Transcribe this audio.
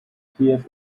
kiew